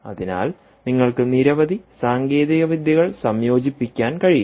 അതിനാൽ നിങ്ങൾക്ക് നിരവധി സാങ്കേതികവിദ്യകൾ സംയോജിപ്പിക്കാൻ കഴിയും